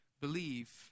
believe